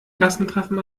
klassentreffen